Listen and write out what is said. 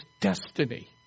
destiny